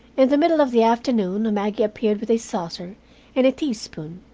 in the middle of the afternoon maggie appeared, with a saucer and a teaspoon.